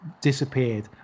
disappeared